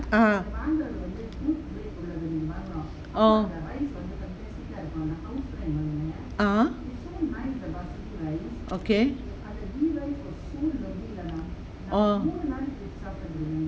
ah orh (uh huh) okay orh